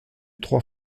trois